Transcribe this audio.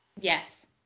yes